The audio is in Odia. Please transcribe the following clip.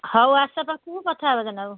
ହେଉ ଆସ ପାଖକୁ କଥା ହେବା ଜେନା ବାବୁ